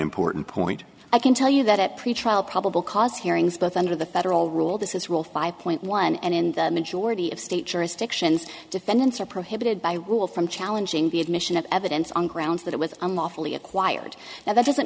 important point i can tell you that at pretrial probable cause hearings both under the federal rule this is rule five point one and in the majority of state jurisdictions defendants are prohibited by rule from challenging the admission evidence on grounds that it was unlawfully acquired now that doesn't